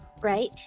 Right